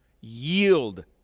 yield